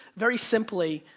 very simply,